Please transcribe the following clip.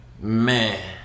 Man